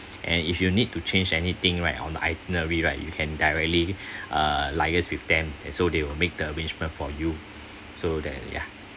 and if you need to change anything right on the itinerary right you can directly uh liaise with them and so they will make arrangement for you so that is ya